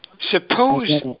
suppose